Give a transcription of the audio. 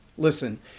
Listen